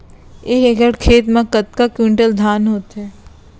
एक एकड़ खेत मा कतका क्विंटल धान होथे?